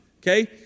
okay